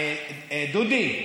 דודי,